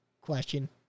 question